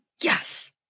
Yes